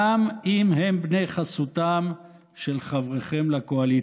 גם אם הם בני חסותם של חבריכם לקואליציה.